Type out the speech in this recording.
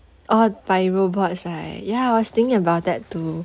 oh by robots right ya I was thinking about that too